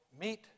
meet